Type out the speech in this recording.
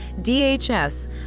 DHS